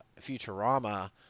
Futurama